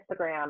Instagram